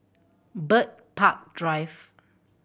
Bird Park Drive